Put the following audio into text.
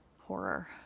horror